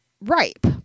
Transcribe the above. ripe